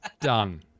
done